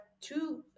two